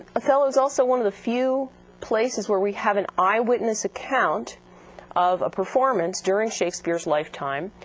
othello is also one of the few places where we have an eyewitness account of a performance during shakespeare's lifetime.